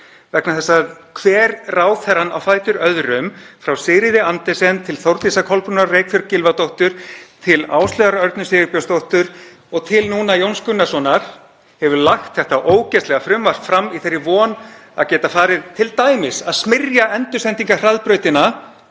vegna þess að hver ráðherrann á fætur öðrum, frá Sigríði Andersen til Þórdísar Kolbrúnar Reykfjörð Gylfadóttur til Áslaugar Örnu Sigurbjörnsdóttur og til Jóns Gunnarssonar núna, hefur lagt þetta ógeðslega frumvarp fram í þeirri von að geta farið að smyrja endursendingahraðbrautina